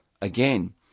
again